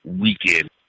weekend